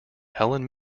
helen